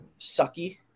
sucky